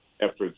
efforts